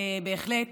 עבירה